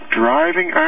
driving